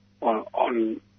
on